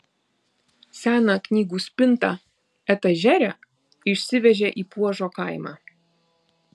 seną knygų spintą etažerę išsivežė į puožo kaimą